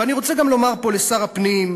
ואני רוצה גם לומר פה לשר הפנים,